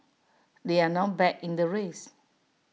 they are now back in the race